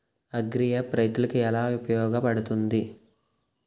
Agri app రైతులకి ఏలా ఉపయోగ పడుతుంది?